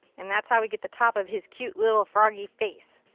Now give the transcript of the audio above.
and that's how we get the top of his cute little froggy face.